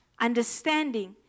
understanding